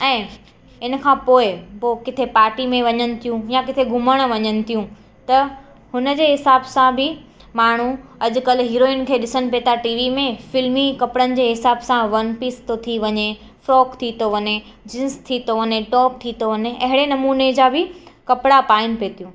ऐं इनखां पोएं पोइ किथे पार्टी में वञनि थियूं या किथे घुमण वञनि थियूं त हुनजे हिसाब सां बि माण्हू अॼुकल्ह हीरोइन खे ॾिसन ॿिए थी टीवी में फिल्मी कपिड़नि जे हिसाब सां वन पीस थो थी वञे फ्रॉक थी थो वञे ज़ींस थी थो वञे टॉप थी थो वञे अहिड़े नमूने जा बि कपिड़ा पाइन पई तियूं